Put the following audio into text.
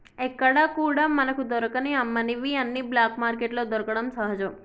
ఎక్కడా కూడా మనకు దొరకని అమ్మనివి అన్ని బ్లాక్ మార్కెట్లో దొరకడం సహజం